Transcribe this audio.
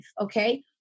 Okay